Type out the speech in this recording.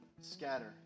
scatter